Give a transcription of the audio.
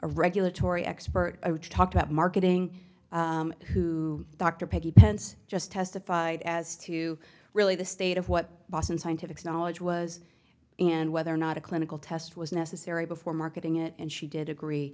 regulatory expert talked about marketing who dr peggy pence just testified as to really the state of what boston scientific knowledge was and whether or not a clinical test was necessary before marketing it and she did agree